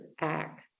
act